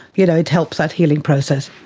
you know to help that healing process.